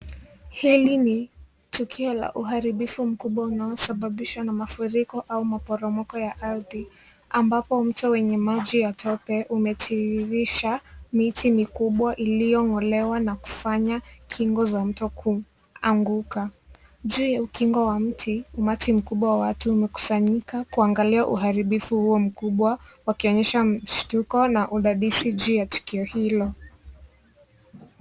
Hili ni tukio la uharibifu mkubwa unaosababishwa na mafuriko au maporomoko ya ardhi ambapo mto wenye maji ya tope umetiririsha miti mikubwa iliyong'olewa na kufanya ukingo wa mto kuanguka, juu ya ukingo wa mti umati mkubwa umekusanyika kuangalia uharibifu huo mkubwa wakionyesha mshtuko na udadisi juu ya tukio hilo.